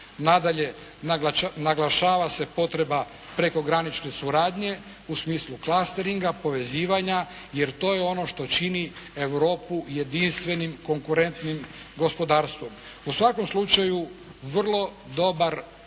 Nadalje, naglašava se potreba prekogranične suradnje u smislu klasteringa, povezivanja, jer to je ono što čini Europu jedinstvenim konkurentnim gospodarstvom. U svakom slučaju vrlo dobar prijedlog